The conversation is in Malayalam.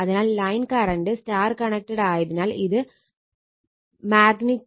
അതിനാൽ ലൈൻ കറണ്ട് Y കണക്റ്റഡ് ആയതിനാൽ ഇത് |VP ZY|